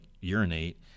urinate